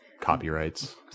copyrights